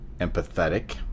empathetic